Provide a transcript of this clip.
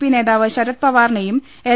P നേതാവ് ശരത് പവാറിനെയും L